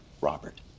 Robert